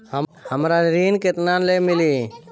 हमरा ऋण केतना ले मिली?